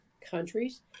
countries